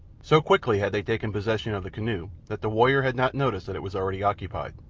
so quickly had they taken possession of the canoe that the warrior had not noticed that it was already occupied.